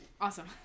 Awesome